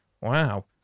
Wow